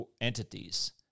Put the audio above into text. entities